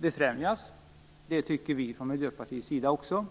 befrämjas. Det tycker vi från Miljöpartiets sida också.